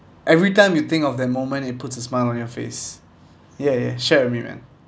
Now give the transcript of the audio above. every time you think of that moment it puts a smile on your face ya ya share with me man